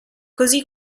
così